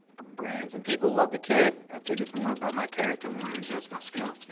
brands and people love the kid. i think it's more about my character more than just my skill,